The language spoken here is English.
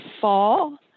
fall